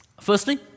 Firstly